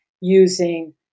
using